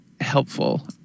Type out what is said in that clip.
helpful